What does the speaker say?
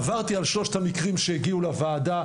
עברתי על שלושת המקרים שהגיעו לוועדה,